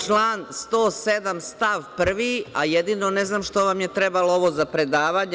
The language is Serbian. Član 107. stav 1, a jedino ne znam što vam je trebalo ovo za predavanje.